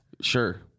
sure